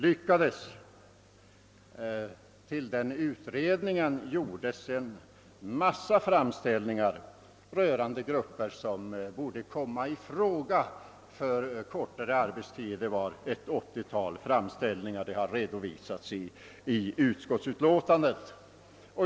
Till den sistnämnda utredningen gjordes ett 80-tal framställningar rörande grupper som borde få kortare arbetstid, vilket också har redovisats i utskottsutlåtandet.